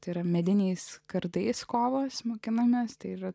tai yra mediniais kardais kovos mokinamės tai yra